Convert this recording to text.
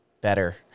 Better